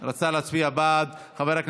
בעד.